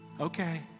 Okay